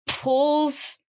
Pulls